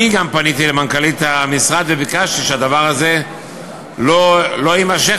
אני גם פניתי למנכ"לית המשרד וביקשתי שהדבר הזה לא יימשך,